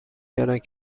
کردند